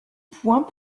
points